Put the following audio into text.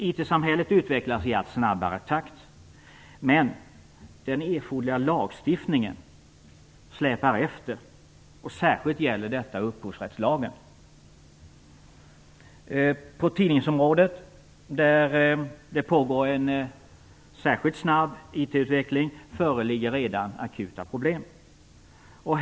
IT-samhället utvecklas i allt snabbare takt, men den erforderliga lagstiftningen släpar efter och särskilt gäller detta upphovsrättslagen. På tidningsområdet, där det pågår en särskilt snabb IT-utveckling, föreligger redan akuta problem.